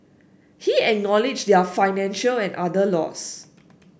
he acknowledged their financial and other loss